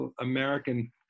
American